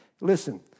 listen